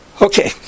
Okay